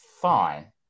fine